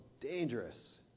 dangerous